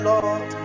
Lord